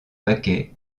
paquets